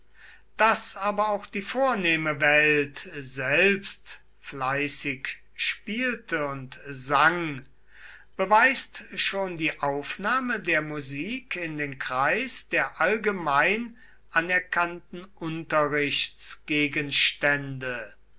daß aber auch die vornehme welt selbst fleißig spielte und sang beweist schon die aufnahme der musik in den kreis der allgemein anerkannten